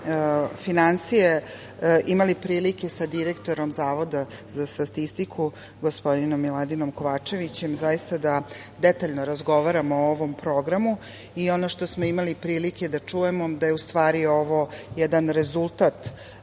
finansije imali prilike sa direktorom Zavoda za statistiku, gospodinom Miladinom Kovačevićem zaista da detaljno razgovaramo o ovom programu. Ono što smo imali prilike da čujemo je da je u stvari ovo jedan rezultat